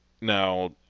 Now